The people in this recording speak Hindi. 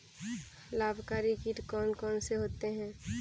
लाभकारी कीट कौन कौन से होते हैं?